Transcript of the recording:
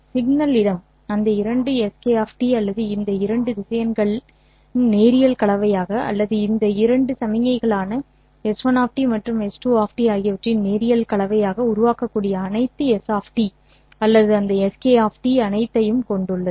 signal இடம் அந்த இரண்டு sk அல்லது இந்த இரண்டு திசையன்களின் நேரியல் கலவையாக அல்லது இந்த இரண்டு சமிக்ஞைகளான s1 மற்றும் s2 ஆகியவற்றின் நேரியல் கலவையாக உருவாக்கக்கூடிய அனைத்து s அல்லது அந்த sk அனைத்தையும் கொண்டுள்ளது